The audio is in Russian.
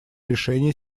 решения